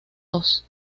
dos